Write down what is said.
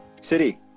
City